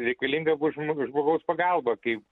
reikalinga bus žmog žmogaus pagalba kaip